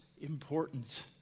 importance